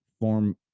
form